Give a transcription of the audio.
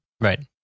Right